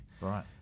right